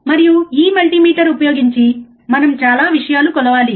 మరియు ఈ మల్టీమీటర్ ఉపయోగించి మనం చాలా విషయాలు కొలవాలి